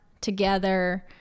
together